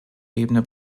ebene